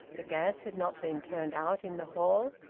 the gas had not been turned out in the hall,